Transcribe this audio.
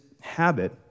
habit